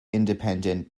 independent